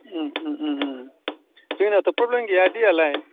जोंनाथ' प्रब्लेम गैया दैयालाय